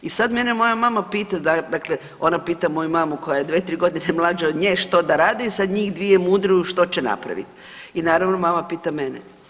I sad mene moja mama pita dakle ona pita moju mamu koja je dve, tri godine mlađa od nje što da radi i sad njih dvije mudruju što će napravit i naravno mama pita mene.